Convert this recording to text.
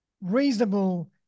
reasonable